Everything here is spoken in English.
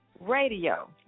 radio